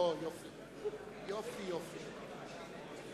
נא להקריא את סדר החברים לפי האל"ף-בי"ת.